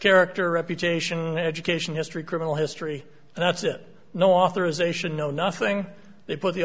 character reputation education history criminal history and that's it no authorisation no nothing they put the